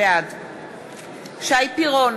בעד שי פירון,